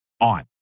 on